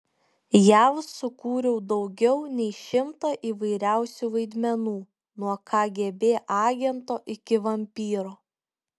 jav sukūriau daugiau nei šimtą įvairiausių vaidmenų nuo kgb agento iki vampyro